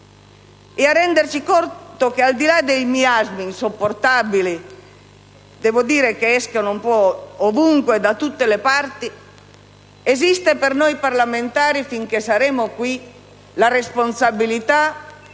e a renderci conto che, al di là dei miasmi insopportabili che escono un po' ovunque, da tutte le parti, esiste per noi parlamentari, finché saremo qui, la responsabilità